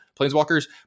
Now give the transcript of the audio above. Planeswalkers